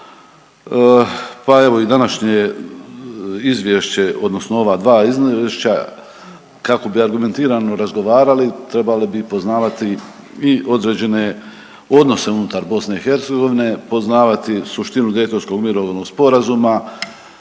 pa evo i današnje izvješće odnosno ova dva izvješća kako bi argumentirano razgovarali trebali bi poznavati i određene odnose unutar BiH, poznavati suštinu Daytonskog mirovnog sporazuma,